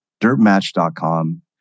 DirtMatch.com